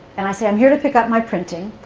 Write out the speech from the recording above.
and i said, i'm here to pick up my printing.